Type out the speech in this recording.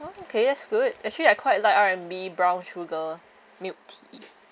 okay that's good actually I quite like R&B brown sugar milk tea